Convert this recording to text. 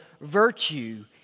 virtue